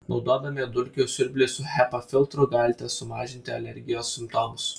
naudodami dulkių siurblį su hepa filtru galite sumažinti alergijos simptomus